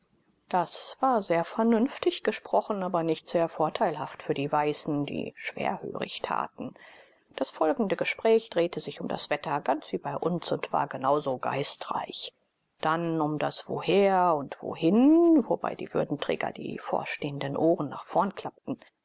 das war sehr vernünftig gesprochen aber nicht sehr vorteilhaft für die weißen die schwerhörig taten das folgende gespräch drehte sich um das wetter ganz wie bei uns und war genau so geistreich dann um das woher und wohin wobei die würdenträger die vorstehenden ohren nach vorn klappten